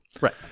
right